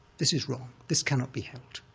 this is wrong. this cannot be held.